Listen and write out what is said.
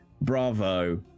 bravo